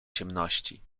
ciemności